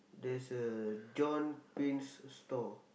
there's a John-Pin store